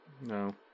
no